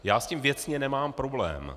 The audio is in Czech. Já s tím věcně nemám problém.